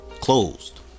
closed